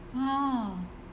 oh